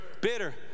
bitter